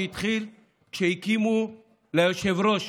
שהתחיל כשהקימו ליושב-ראש